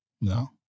No